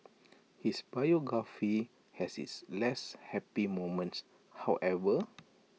his biography has its less happy moments however